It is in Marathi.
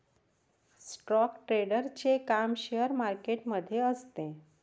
स्टॉक ट्रेडरचे काम शेअर मार्केट मध्ये असते